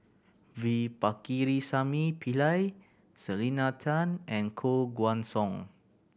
V Pakirisamy Pillai Selena Tan and Koh Guan Song